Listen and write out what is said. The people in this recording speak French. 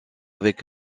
avec